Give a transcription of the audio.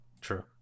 True